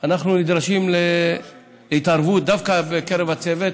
אנחנו נדרשים להתערבות דווקא מקרב הצוות,